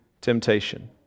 temptation